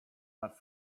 that